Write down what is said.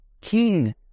king